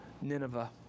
Nineveh